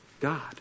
God